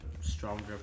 Stronger